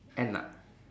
N ah